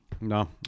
no